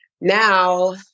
now